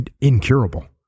incurable